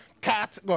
Cat